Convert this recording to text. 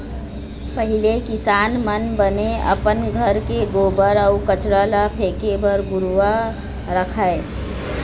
पहिली किसान मन बने अपन घर के गोबर अउ कचरा ल फेके बर घुरूवा रखय